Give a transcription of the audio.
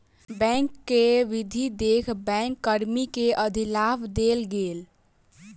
bank के वृद्धि देख बैंक कर्मी के अधिलाभ देल गेल